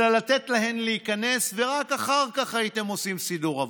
אלא לתת להן להיכנס ורק אחר כך הייתם עושים סידור עבודה.